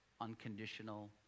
unconditional